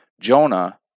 Jonah